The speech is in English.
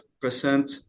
percent